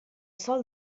sol